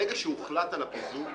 ברגע שהוחלט על הפיזור,